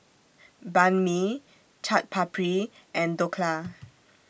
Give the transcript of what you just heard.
Banh MI Chaat Papri and Dhokla